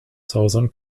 southern